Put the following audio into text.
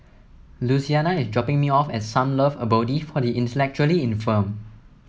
Louisiana is dropping me off at Sunlove Abode for the Intellectually Infirmed